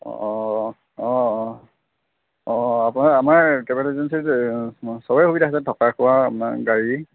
অঁ অঁ অঁ অঁ অঁ আপোনাক আমাৰ ট্ৰেভেল এজেঞ্চিত চবেই সুবিধা আছে থকা খোৱা আপোনাৰ গাড়ী